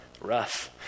Rough